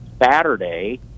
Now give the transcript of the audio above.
Saturday